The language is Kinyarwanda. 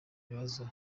ibibazo